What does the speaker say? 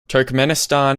turkmenistan